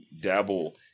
dabble